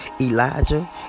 Elijah